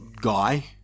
guy